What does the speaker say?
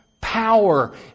power